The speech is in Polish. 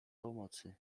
pomocy